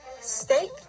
steak